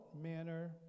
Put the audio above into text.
manner